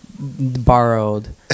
borrowed